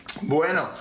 Bueno